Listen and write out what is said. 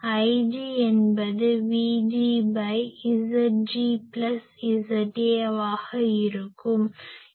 Ig என்பது VgZgZA ஆகும்